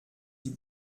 die